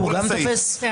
תופס?